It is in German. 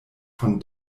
von